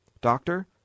doctor